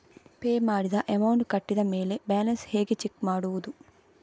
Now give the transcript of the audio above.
Pay ಮಾಡಿದ amount ಕಟ್ಟಿದ ಮೇಲೆ ಬ್ಯಾಲೆನ್ಸ್ ಹೇಗೆ ಚೆಕ್ ಮಾಡುವುದು?